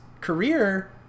career